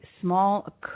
small